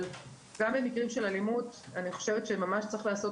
אבל גם במקרים של אלימות צריך לעשות